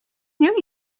new